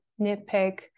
nitpick